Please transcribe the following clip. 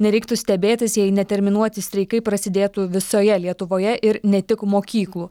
nereiktų stebėtis jei neterminuoti streikai prasidėtų visoje lietuvoje ir ne tik mokyklų